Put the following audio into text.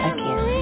Again